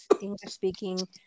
English-speaking